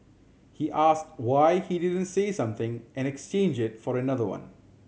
he asked why he didn't say something and exchange it for another one